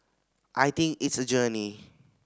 I think it's a journey